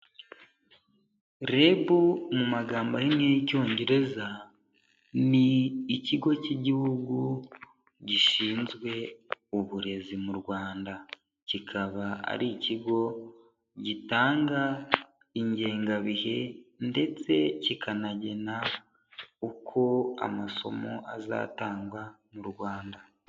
REB mu magambo ahinnye y'icyongereza, ni ikigo cy'igihugu gishinzwe uburezi mu Rwanda, kikaba ari ikigo gitanga ingengabihe ndetse kikanagena uko amasomo azatangwa mu Rwanda.